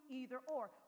either-or